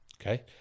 Okay